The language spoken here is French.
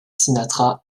sinatra